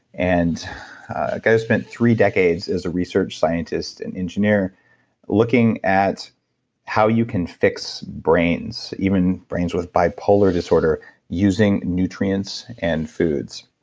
and a guy who spent three decades is a research scientist and engineer looking at how you can fix brains, even brains with bipolar disorder using nutrients and foods.